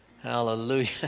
Hallelujah